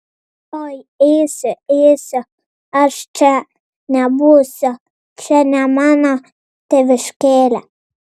oi eisiu eisiu aš čia nebūsiu čia ne mano tėviškėlė